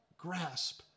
grasp